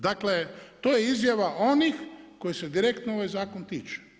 Dakle, to je izjava onih koji su direktno ovaj zakon tiče.